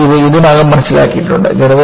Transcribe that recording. പ്രകൃതി ഇത് ഇതിനകം മനസ്സിലാക്കിയിട്ടുണ്ട്